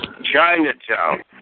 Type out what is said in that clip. Chinatown